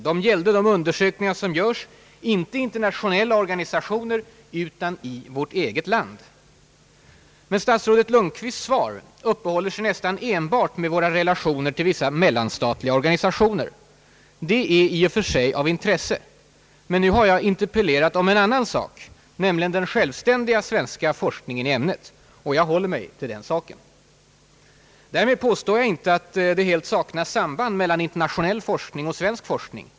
De gällde undersökningar som görs, inte i internationella Organisationer utan i vårt eget land. Men statsrådet Lundkvist uppehåller sig i sitt svar nästan enbart med våra relationer till vissa mellanstatliga organ. Det är i och för sig av intresse. Men nu har jag interpellerat om en annan sak, nämligen den självständiga svenska forskningen i ämnet. Och jag håller mig till den saken. Därmed påstår jag inte att det helt saknas samband mellan internationell forskning och svensk forskning.